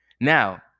now